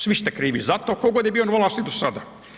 Svi ste krivi za to tko god je bio na vlasti do sada.